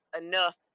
enough